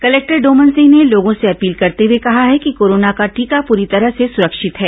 collector Doman Singh ने लोगों से अपील करते हुए कहा है कि कोरोना का टीका पूरी तरह से सुरक्षित है